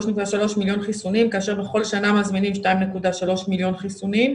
3.3 מיליון חיסונים כאשר בכל שנה מזמינים 2.3 מיליון חיסונים.